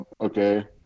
Okay